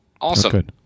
Awesome